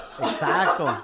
Exacto